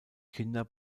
kinder